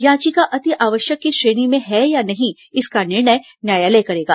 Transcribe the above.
याचिका अति आवश्यक की श्रेणी में है या नहीं इसका निर्णय न्यायालय करेगा